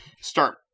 start